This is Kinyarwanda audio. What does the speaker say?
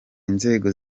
inzego